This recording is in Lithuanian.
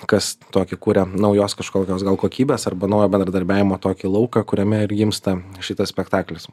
kas tokį kuria naujos kažkokios gal kokybės arba naujo bendradarbiavimo tokį lauką kuriame ir gimsta šitas spektaklis